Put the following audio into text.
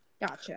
Gotcha